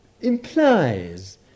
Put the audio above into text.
implies